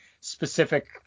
specific